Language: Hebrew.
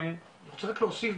אני רוצה להוסיף,